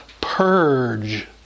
purge